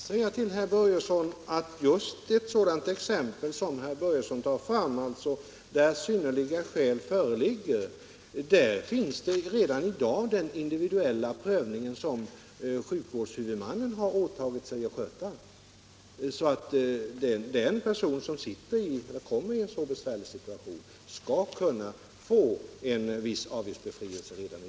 Herr talman! I sådana fall som herr Börjesson i Falköping här har tagit fram — alltså där synnerliga skäl föreligger — finns redan i dag den individuella prövning som sjukvårdshuvudmännen har åtagit sig att göra. Den person som hamnar i en så besvärlig situation skall redan nu kunna få en viss avgiftsbefrielse.